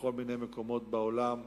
בכל מיני מקומות בעולם,